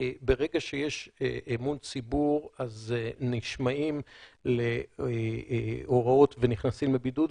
ברגע שיש אמון ציבור אז נשמעים להוראות ונכנסים לבידוד,